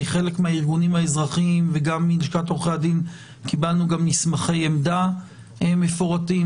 מחלק מהארגונים קיבלנו גם מסמכי עמדה מפורטים,